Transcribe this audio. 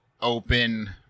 open